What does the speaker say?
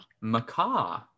Macaw